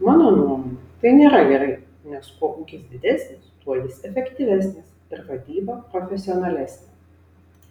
mano nuomone tai nėra gerai nes kuo ūkis didesnis tuo jis efektyvesnis ir vadyba profesionalesnė